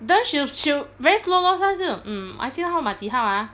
then she'll she'll very slow lor 她就 um I_C 号码几号啊